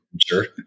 Sure